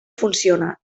funciona